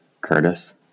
Curtis